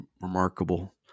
remarkable